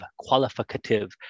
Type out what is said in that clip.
qualificative